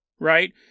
right